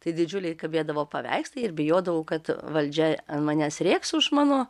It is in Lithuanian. tai didžiuliai kabėdavo paveikslai ir bijodavau kad valdžia ant manęs rėks už mano